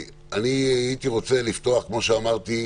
הייתי רוצה לפתוח, כמו שאמרתי,